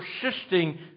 persisting